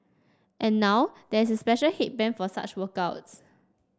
and now there is a special headband for such workouts